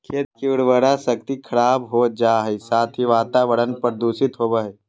खेत के उर्वरा शक्ति खराब हो जा हइ, साथ ही वातावरण प्रदूषित होबो हइ